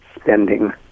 spending